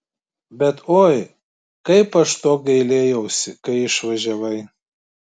bet oi kaip aš to gailėjausi kai išvažiavai